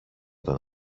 τον